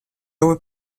would